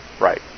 right